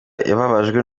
yababajwe